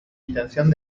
intención